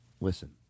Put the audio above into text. Listen